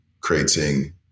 creating